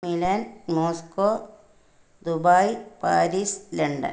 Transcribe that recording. Milan Moscow Dubai Paris London